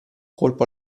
colpo